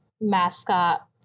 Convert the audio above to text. mascot